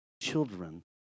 children